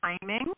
timing